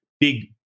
big